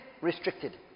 restricted